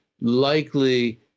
likely